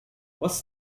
what’s